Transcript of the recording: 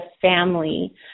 family